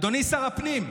אדוני שר הפנים,